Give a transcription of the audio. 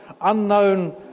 unknown